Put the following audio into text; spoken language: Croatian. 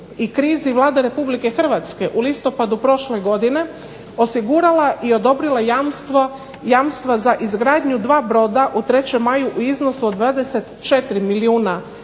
i krizi Vlada Republike Hrvatske u listopadu prošle godine osigurala i odobrila jamstva za izgradnju dva broda u 3. Maju u iznosu od 24 milijuna